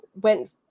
went